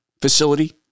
facility